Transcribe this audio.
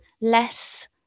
less